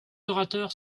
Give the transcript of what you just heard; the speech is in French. orateurs